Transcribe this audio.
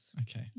okay